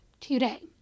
today